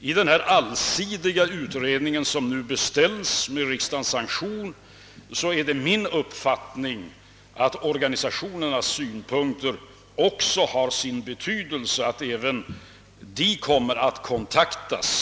I den allsidiga utredning som nu beställs med riksdagens sanktion är det min uppfattning att organisationernas synpunkter också har sin betydelse och att även de kommer att kontaktas.